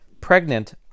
pregnant